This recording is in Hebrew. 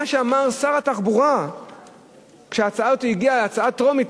מה שאמר שר התחבורה כשהצעה הזאת הגיעה לקריאה טרומית,